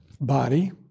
body